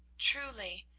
truly,